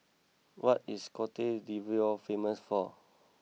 what is Cote d'Ivoire famous for